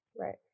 right